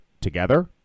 together